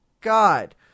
God